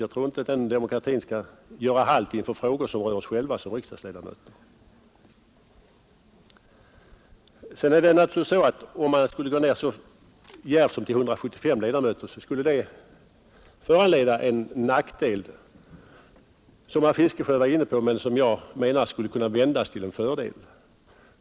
Jag tror inte att demokratin skall göra halt inför frågor som rör oss själva som riksdagsledamöter. Sedan är det givetvis så, att om man gick ned så djärvt som till 175 ledamöter, skulle det medföra en nackdel som herr Fiskesjö var inne på men som jag menar skulle kunna vändas till en fördel.